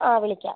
ആ വിളിക്കാം